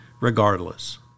regardless